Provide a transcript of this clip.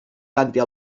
càntir